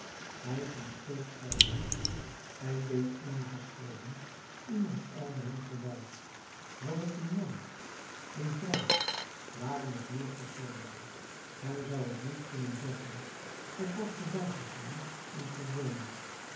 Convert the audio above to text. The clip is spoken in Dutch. hij ging steeds verder hij deed eenige schreden iemand ijlde hem voorbij was t een man een vrouw waren het meer personen hij zou het niet kunnen zeggen t was voorbijgegaan en verdwenen